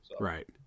Right